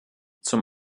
zum